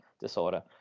disorder